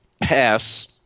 pass